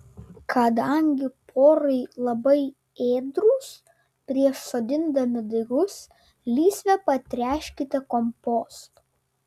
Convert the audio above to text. kadangi porai labai ėdrūs prieš sodindami daigus lysvę patręškite kompostu